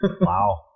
Wow